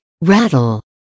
rattle